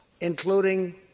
including